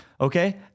Okay